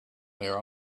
their